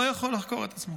לא יכול לחקור את עצמו.